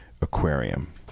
Aquarium